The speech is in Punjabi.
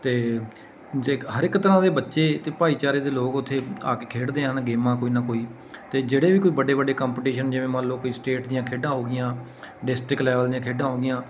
ਅਤੇ ਜੇ ਹਰ ਇੱਕ ਤਰ੍ਹਾਂ ਦੇ ਬੱਚੇ ਅਤੇ ਭਾਈਚਾਰੇ ਦੇ ਲੋਕ ਉੱਥੇ ਆ ਕੇ ਖੇਡਦੇ ਹਨ ਗੇਮਾਂ ਕੋਈ ਨਾ ਕੋਈ ਅਤੇ ਜਿਹੜੇ ਵੀ ਕੋਈ ਵੱਡੇ ਵੱਡੇ ਕੰਪਟੀਸ਼ਨ ਜਿਵੇਂ ਮੰਨ ਲਓ ਕੋਈ ਸਟੇਟ ਦੀਆਂ ਖੇਡਾਂ ਹੋ ਗਈਆਂ ਡਿਸਟਰਿਕਟ ਲੈਵਲ ਦੀਆਂ ਖੇਡਾਂ ਹੋ ਗਈਆਂ